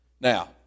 Now